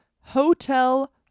Hotel